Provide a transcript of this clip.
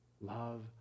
Love